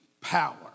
power